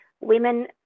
women